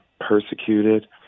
persecuted